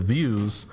Views